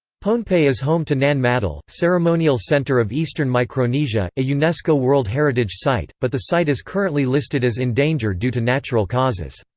pohnpei is home to nan madol ceremonial centre of eastern micronesia, a unesco world heritage site, but the site is currently listed as in danger due to natural causes.